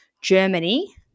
Germany